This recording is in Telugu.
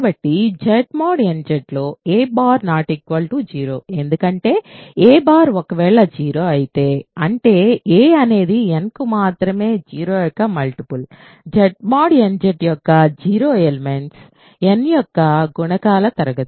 కాబట్టి Z mod nZ లో a 0 ఎందుకంటే a ఒకవేళ 0 అయితే అంటే a అనేది n కు మాత్రమే 0 యొక్క మల్టిపుల్ Z mod nZ యొక్క 0 ఎలిమెంట్ n యొక్క గుణకాల తరగతి